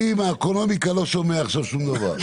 אני, מהאקונומיקה לא שומע עכשיו שום דבר.